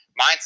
mindset